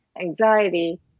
anxiety